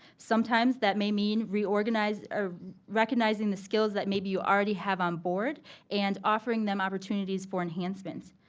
sometimes that may mean reorganize or recognizing the skills that maybe you already have on board and offering them opportunities for enhancement.